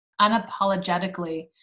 unapologetically